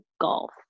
golf